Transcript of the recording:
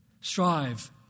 strive